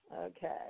Okay